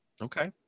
Okay